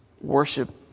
worship